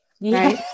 right